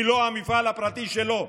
היא לא המפעל הפרטי שלו.